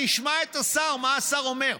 אני אשמע את השר, מה השר אומר.